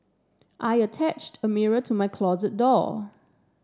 I attached a mirror to my closet door